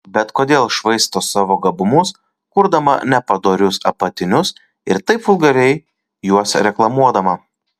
bet kodėl švaisto savo gabumus kurdama nepadorius apatinius ir taip vulgariai juos reklamuodama